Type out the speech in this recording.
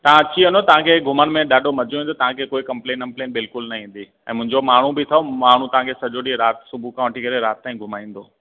तव्हां अची वञो तव्हांखे घुमण में ॾाढो मज़ो ईंदो तव्हांखे कोई कंप्लेंट वंप्लेंट बिलकुलु न ईंदी ऐं मुंहिंजो माण्हू बि अथव माण्हू तव्हांखे सजो ॾींहुं राति सुबुह खां वठी करे रात ताईं घुमाईंदो